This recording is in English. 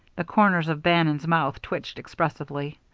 the corners of bannon's mouth twitched expressively.